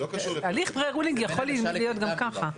הליך "פרה-רולינג" יכול להיות גם ככה.